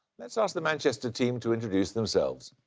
let's ask the manchester team to introduce themselves.